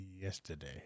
yesterday